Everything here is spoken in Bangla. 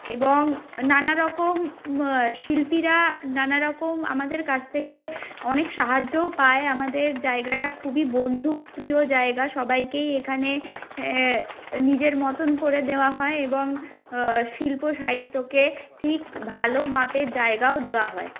এবং নানারকম শিল্পীরা নানারকম আমাদের কাছ থেকে অনেক সাহায্যও পায় আমাদের জায়গাটা খুবই বন্ধু প্রিয় জায়গা সবাইকেই এখানে নিজের মতন করে দেওয়া হয় এবং শিল্প সাহিত্যকে ঠিক ভালো মাপের জায়গাও দেওয়া হয়